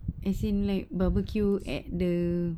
as in like barbecue at the